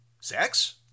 sex